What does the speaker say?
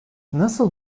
nasıl